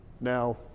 Now